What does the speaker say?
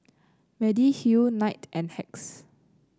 Mediheal Knight and Hacks